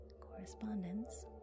Correspondence